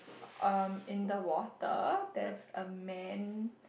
um in the water there's a man